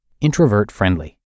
Introvert-Friendly